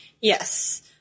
Yes